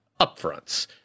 upfronts